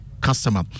customer